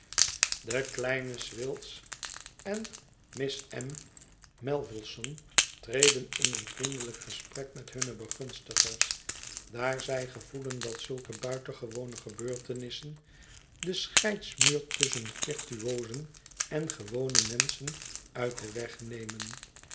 de kleine swills en miss m melvilleson treden in een vriendelijk gesprek met hunne begunstigers daar zij gevoelen dat zulke buitengewone gebeurtenissen den scheidsmuur tusschen virtuosen en gewone menschen uit den weg nemen